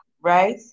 right